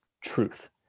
truth